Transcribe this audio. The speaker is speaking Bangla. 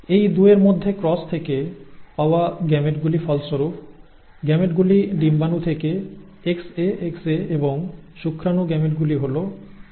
এই দুইয়ের মধ্যে ক্রস থেকে পাওয়া গেমেটগুলি ফলস্বরূপ গেমেটগুলি ডিম্বাণু থেকে XAXA এবং শুক্রাণু গেমেটগুলি হল Xa Y